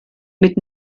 mit